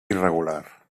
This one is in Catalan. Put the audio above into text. irregular